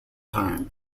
time